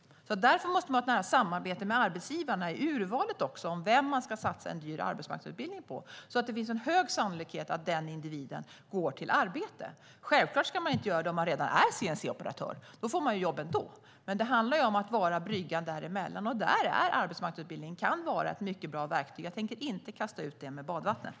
Därför måste man ha ett nära samarbete med arbetsgivarna i urvalet av vem man ska satsa en dyr arbetsmarknadsutbildning på så att det finns en hög sannolikhet att den individen går till arbete. Självklart ska man inte göra det om personen redan är CNC-operatör. Då får den jobb ändå. Det handlar om att vara bryggan däremellan. Där kan arbetsmarknadsutbildning vara ett mycket bra verktyg. Jag tänker inte kasta ut det med badvattnet.